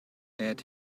add